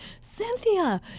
Cynthia